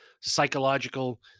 psychological